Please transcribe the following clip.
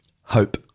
Hope